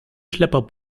schlepper